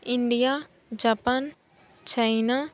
India Japan China